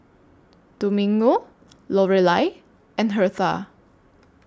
Domingo Lorelai and Hertha